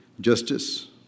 justice